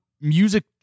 music